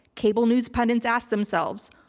cable news pundits ask themselves,